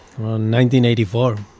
1984